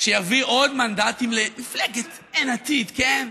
שיביא עוד מנדטים למפלגת אין עתיד, כן?